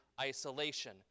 isolation